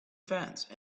fence